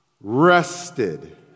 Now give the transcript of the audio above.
rested